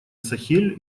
сахель